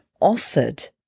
offered